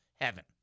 heaven